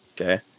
Okay